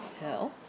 hell